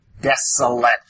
desolate